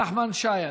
נחמן שי,